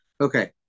Okay